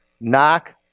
Knock